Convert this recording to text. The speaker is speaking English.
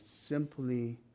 simply